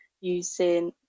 using